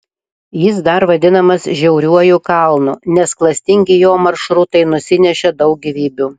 jis dar vadinamas žiauriuoju kalnu nes klastingi jo maršrutai nusinešė daug gyvybių